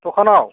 दखानआव